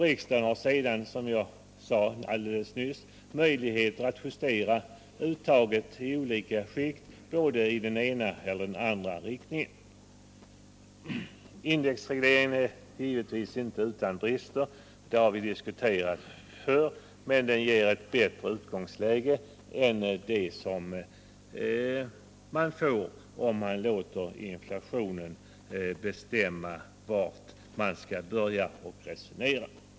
Riksdagen har sedan, som jag alldeles nyss har sagt, möjligheter att justera uttaget i olika skikt i den ena eller den andra riktningen. Indexregleringen är givetvis inte utan brister och det har vi diskuterat förr. Men den ger ett bättre utgångsläge än det man får när man låter inflationen bestämma utgångspunkten för resonemanget.